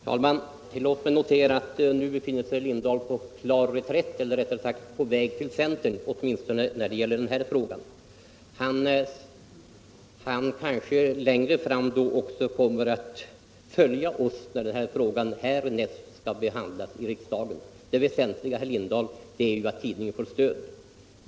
Herr talman! Tillåt mig att påpeka att herr Lindahl i Hamburgsund nu befinner sig på klar reträtt, eller rättare sagt på väg till centern, åtminstone när det gäller den här frågan. Han kanske längre fram också kommer att följa oss när den här frågan härnäst skall behandlas i riksdagen. Det väsentliga, herr Lindahl, är att tidningen får stöd.